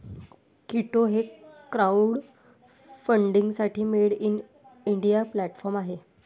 कीटो हे क्राउडफंडिंगसाठी made in India platform आहे